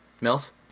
Mills